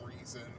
reason